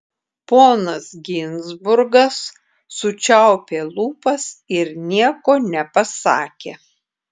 ponas ginzburgas sučiaupė lūpas ir nieko nepasakė